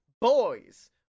boys